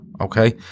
Okay